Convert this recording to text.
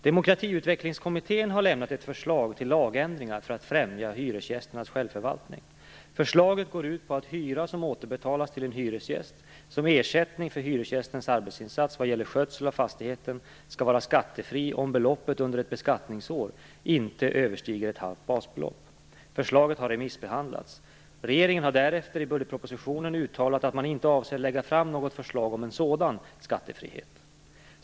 Demokratiutvecklingskommittén har lämnat ett förslag till lagändringar för att främja hyresgästernas självförvaltning. Förslaget går ut på att hyra som återbetalas till en hyresgäst som ersättning för hyresgästens arbetsinsats vad gäller skötsel av fastigheten skall vara skattefri, om beloppet under ett beskattningsår inte överstiger ett halvt basbelopp. Förslaget har remissbehandlats. Regeringen har därefter i budgetpropositionen uttalat att man inte avser att lägga fram något förslag om sådan skattefrihet.